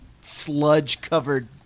sludge-covered